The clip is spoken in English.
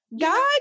God